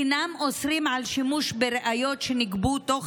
אינם אוסרים על שימוש בראיות שנגבו תוך